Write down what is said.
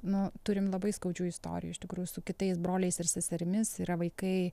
nuo turim labai skaudžių istorijų iš tikrųjų su kitais broliais ir seserimis yra vaikai